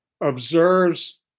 observes